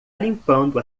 limpando